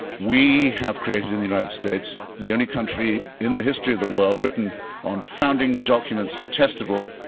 we have created in the united states, the only country in the history of the world, written on founding documents testable,